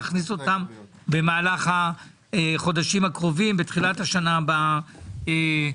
גם במועצות אזוריות אחרות,